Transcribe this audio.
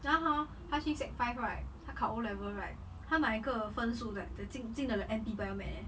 然后他他去 sec~ five right 他考 O level right 他哪一个分数 like that 进进的 liao N_P bio med~ eh